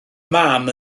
mam